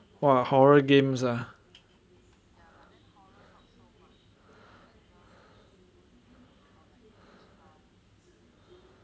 !wah! horror games ah